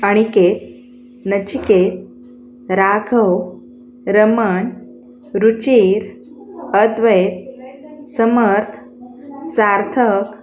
Aniket Nachiket Raghav Raman Ruchir Advait Samarth Sarthak